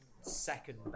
second